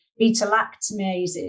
beta-lactamases